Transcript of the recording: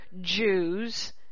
Jews